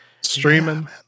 streaming